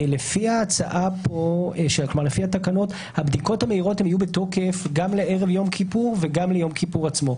לפי התקנות המהירות יהיו בתוקף גם לערב יום כיפור וגם ליום כיפור עצמו.